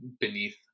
beneath